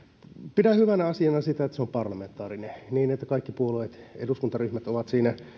pidän hyvänä asiana sitä että se on parlamentaarinen niin että kaikki puolueet eduskuntaryhmät ovat siinä